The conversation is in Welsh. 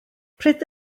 pryd